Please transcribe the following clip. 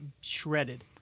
shredded